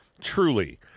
truly